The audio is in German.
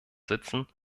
sitzen